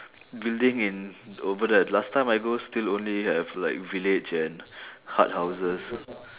building in over there last time I go still only have like village and hut houses